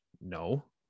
No